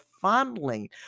fondling